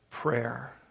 Prayer